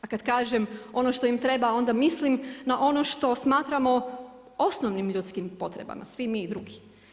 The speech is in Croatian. A kada kažem ono što im treba onda mislim na ono što smatramo osnovnim ljudskim potrebama svi mi i drugi.